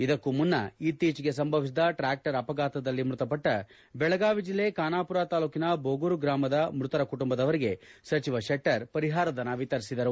ಇದಕ್ಕೂ ಮುನ್ನ ಇತ್ತೀಚೆಗೆ ಸಂಭವಿಸಿದ ಟ್ರಾ ಪ್ಷರ್ ಅಪಘಾತದಲ್ಲಿ ಮೃತಪಟ್ಟ ಬೆಳಗಾವಿ ಜಿಲ್ಲೆ ಖಾನಾಪುರ ತಾಲ್ಲೂಕಿನ ಬೋಗೂರ ಗ್ರಾಮದ ಮೃತರ ಕುಟುಂಬದವರಿಗೆ ಸಚಿವ ಶೆಟ್ಟರ್ ಪರಿಹಾರಧನ ವಿತರಿಸಿದರು